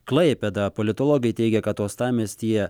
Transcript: klaipėdą politologai teigia kad uostamiestyje